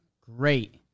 Great